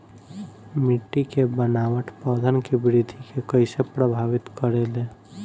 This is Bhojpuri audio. मिट्टी के बनावट पौधन के वृद्धि के कइसे प्रभावित करे ले?